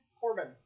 Corbin